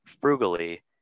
frugally